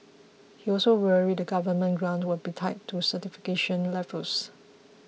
he also worried that government grants will be tied to certification levels